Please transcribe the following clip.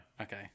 okay